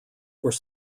were